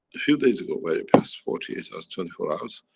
few days ago, where in past forty eight hours, twenty four hours.